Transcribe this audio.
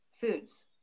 foods